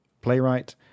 playwright